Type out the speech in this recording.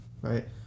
right